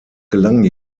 gelang